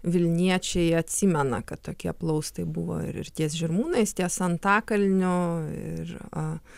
vilniečiai atsimena kad tokie plaustai buvo ir ties žirmūnais ties antakalniu ir a